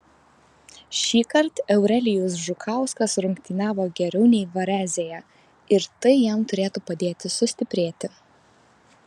šįkart eurelijus žukauskas rungtyniavo geriau nei varezėje ir tai jam turėtų padėti sustiprėti